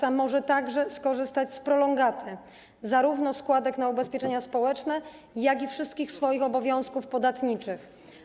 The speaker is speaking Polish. Taki pracodawca może także skorzystać z prolongaty zarówno składek na ubezpieczenia społeczne, jak i wszystkich swoich obowiązków podatniczych.